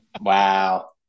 Wow